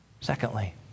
Secondly